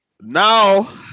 now